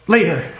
Later